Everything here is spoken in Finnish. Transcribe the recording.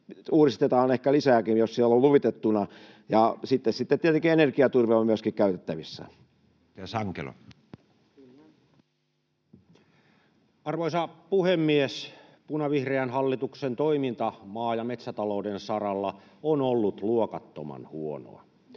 uudistetaan lisääkin, jos siellä on luvitettuna, ja että sitten tietenkin energiaturve on myöskin käytettävissä? Edustaja Sankelo. Arvoisa puhemies! Punavihreän hallituksen toiminta maa- ja metsätalouden saralla on ollut luokattoman huonoa.